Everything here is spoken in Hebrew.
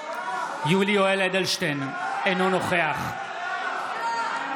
יולי יואל אדלשטיין, אינו נוכח בושה.